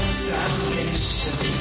salvation